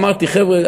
אמרתי: חבר'ה,